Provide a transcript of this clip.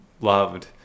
loved